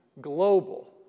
global